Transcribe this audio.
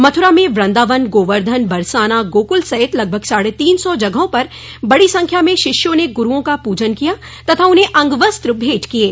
मथुरा में वृंदावन गोवर्धन बरसाना गोकुल सहित लगभग साढ़े तीन सौ जगहों पर बड़ी संख्या में शिष्यों ने गुरूओं का पूजन किया तथा उन्हें अंगवस्त्र भेंट किये